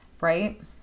right